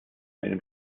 einem